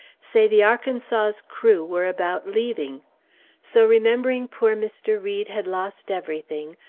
say the arkansas's crew were about leaving so remembering poor mr. read had lost everything,